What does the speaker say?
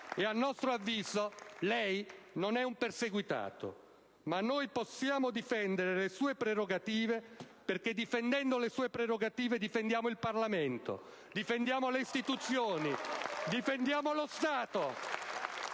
E a nostro avviso, lei non è un perseguitato. Ma noi possiamo difendere le sue prerogative, perché difendendo le sue prerogative difendiamo il Parlamento, le istituzioni e lo Stato.